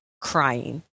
crying